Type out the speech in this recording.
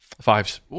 Fives